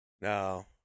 No